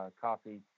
coffee